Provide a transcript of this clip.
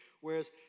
whereas